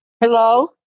Hello